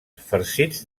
farcits